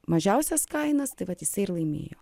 mažiausias kainas tai vat jisai ir laimėjo